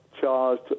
charged